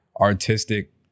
artistic